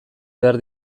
behar